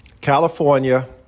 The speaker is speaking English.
California